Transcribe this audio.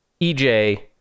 ej